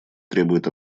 требует